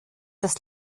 das